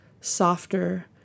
softer